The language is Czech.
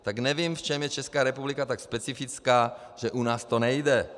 Tak nevím, v čem je Česká republika tak specifická, že u nás to nejde.